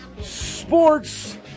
Sports